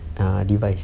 ah device